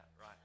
right